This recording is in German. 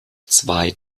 zwei